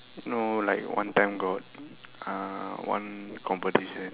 no like one time got ah one competition